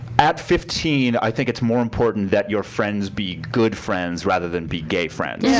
at fifteen, i think it's more important that your friends be good friends rather than be gay friends. yeah